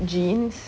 jeans